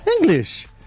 English